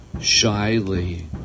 shyly